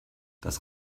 das